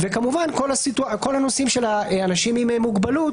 וכמובן כל הנושאים של אנשים עם מוגבלות,